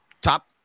top